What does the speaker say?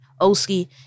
Oski